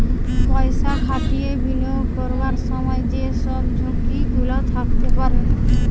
পয়সা খাটিয়ে বিনিয়োগ করবার সময় যে সব ঝুঁকি গুলা থাকতে পারে